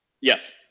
Yes